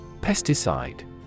Pesticide